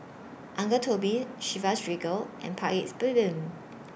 Uncle Toby's Chivas Regal and Paik's Bibim